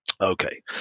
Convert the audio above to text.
Okay